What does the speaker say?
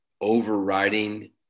overriding